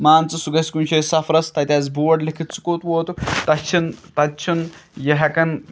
مان ژٕ سُہ گَژھِ کُنہِ جایہِ سَفرَس تَتہِ آسہِ بوڑ لیکھِتھ ژٕ کوٚت ووتُکھ تَتہِ چھِنہٕ تَتہِ چھُنہٕ یہِ ہٮ۪کان